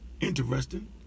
Interesting